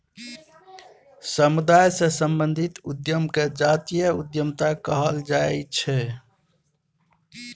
समुदाय सँ संबंधित उद्यम केँ जातीय उद्यमिता कहल जाइ छै